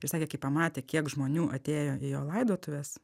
ir sakė kai pamatė kiek žmonių atėjo į jo laidotuves